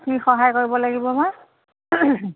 কি সহায় কৰিব লাগিব বা